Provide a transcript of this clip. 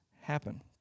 happen